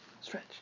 stretch